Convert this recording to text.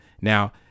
Now